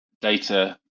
data